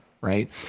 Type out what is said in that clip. right